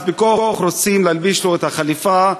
בכוח רוצים להלביש לו את החליפה,